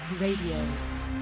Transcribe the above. Radio